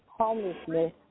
homelessness